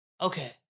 Okay